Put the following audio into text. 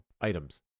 items